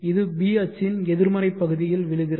இது b அச்சின் எதிர்மறை பகுதியில் விழுகிறது